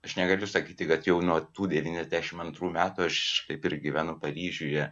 aš negaliu sakyti kad jau nuo tų devyniasdešimt antrų metų aš kaip ir gyvenu paryžiuje